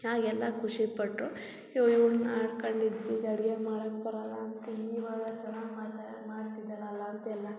ಆಗೆಲ್ಲ ಖುಷಿಪಟ್ಟರು ಯೋ ಇವ್ಳ್ನ ಆಡ್ಕೊಂಡಿದ್ವಿ ಇದು ಅಡುಗೆ ಮಾಡಕ್ಕೆ ಬರಲ್ಲ ಅಂತ ಈವಾಗ ಚೆನ್ನಾಗಿ ಮಾಡ್ತಾಳೆ ಮಾಡ್ತಿದ್ದಾಳಲ್ಲ ಅಂತೆಲ್ಲ